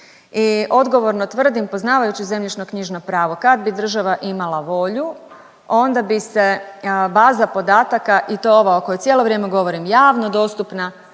i odgovorno tvrdim poznavajući zemljišno knjižno pravo kad bi država imala volju onda bi se baza podataka i to ova o kojoj cijelo vrijeme govorim javno dostupna